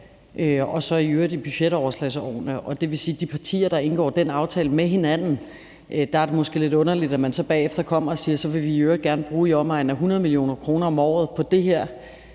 og i øvrigt også i budgetoverslagsårene. Når de partier har indgået den aftale med hinanden, er det måske lidt underligt, at man så bagefter kommer og siger, at så vil man i øvrigt gerne bruge i omegnen af 100 mio. kr. om året på det her,